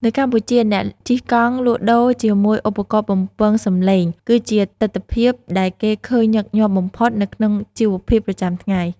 នៅកម្ពុជា អ្នកជិះកង់លក់ដូរជាមួយឧបករណ៍បំពងសំឡេង គឺជាទិដ្ឋភាពដែលគេឃើញញឹកញាប់បំផុតនៅក្នុងជីវភាពប្រចាំថ្ងៃ។